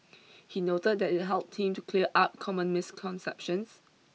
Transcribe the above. he noted that it helped him to clear up common misconceptions